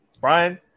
Brian